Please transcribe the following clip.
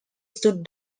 stood